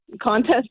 contest